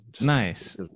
nice